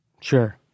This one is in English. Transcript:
Sure